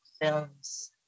films